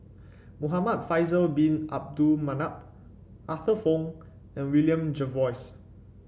Muhamad Faisal Bin Abdul Manap Arthur Fong and William Jervois